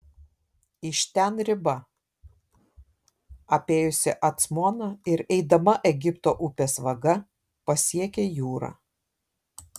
iš ten riba apėjusi acmoną ir eidama egipto upės vaga pasiekia jūrą